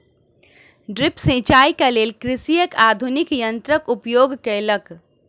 drip सिचाई के लेल कृषक आधुनिक यंत्रक उपयोग केलक